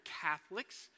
Catholics